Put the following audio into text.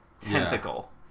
tentacle